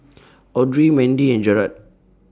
Audry Mendy and Jarrad